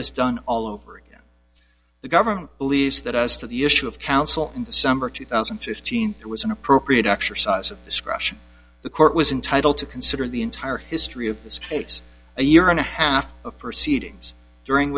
this done all over again the government believes that us to the issue of council in december two thousand and fifteen it was an appropriate exercise of discretion the court was entitle to consider the entire history of this case a year and a half of proceedings during